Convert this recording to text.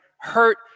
hurt